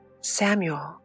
Samuel